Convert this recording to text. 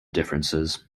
differences